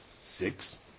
six